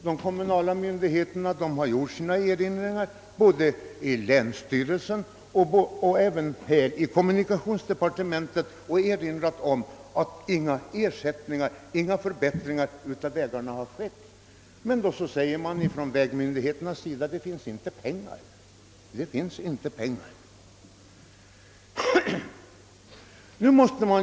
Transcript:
De kommunala myndigheterna har både i länsstyrelsen och i kommunikationsdepartementet erinrat om att inga förbättringar av vägarna har skett, men från vägmyndigheternas sida sägs det då att det inte finns några pengar för ändamålet.